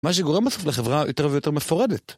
מה שגורם בסוף לחברה יותר ויותר מפורדת.